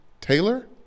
Taylor